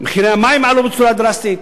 מפני שלא, מחירי המים עלו בצורה דרסטית.